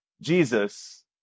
Jesus